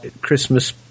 Christmas